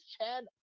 Chad